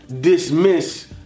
dismiss